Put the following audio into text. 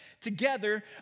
together